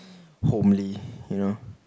homely you know